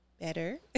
better